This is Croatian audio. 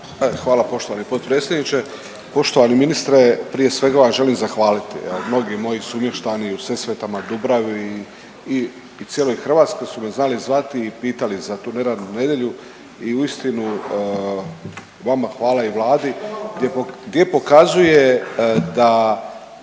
Hvala poštovani potpredsjedniče. Poštovani ministre prije svega vam želim zahvaliti, evo mnogi moji sumještani u Sesvetama, Dubravi i cijeloj Hrvatskoj su me znali zvati i pitali za tu neradnu nedjelju i uistinu vama hvala i Vladi gdje pokazuje da